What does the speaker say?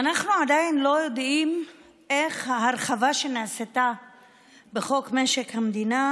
אנחנו עדיין לא יודעים איך ההרחבה שנעשתה בחוק משק המדינה